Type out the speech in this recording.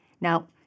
Now